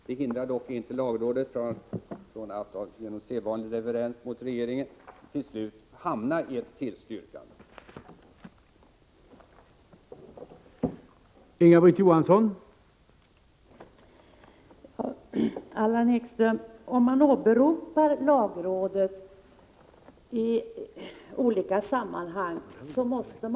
Detta hindrar dock inte lagrådet från att, som sedvanlig reverens mot regeringen, slutligen tillstyrka förslaget.